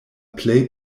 plej